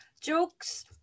jokes